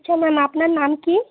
আচ্ছা ম্যাম আপনার নাম কি